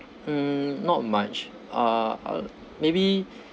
hmm not much uh maybe